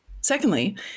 secondly